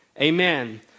Amen